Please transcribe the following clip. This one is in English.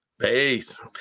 Peace